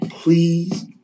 Please